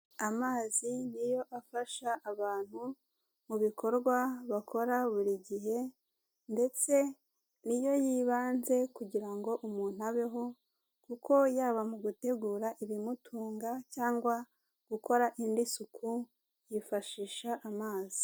Amazi ni yo afasha abantu mu bikorwa bakora buri gihe ndetse ni yo y'ibanze kugira ngo umuntu abeho kuko yaba mu gutegura ibimutunga cyangwa gukora indi suku yifashisha amazi.